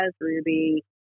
Ruby